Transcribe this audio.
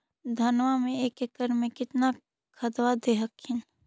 धनमा मे एक एकड़ मे कितना खदबा दे हखिन?